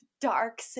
dark